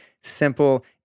simple